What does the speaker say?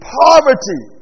poverty